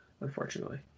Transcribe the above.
unfortunately